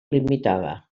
limitada